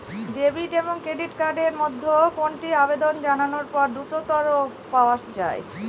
Debit এবং credit card এর মধ্যে কোনটি আবেদন জানানোর পর দ্রুততর পাওয়া য়ায়?